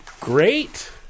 great